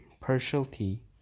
partiality